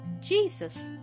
Jesus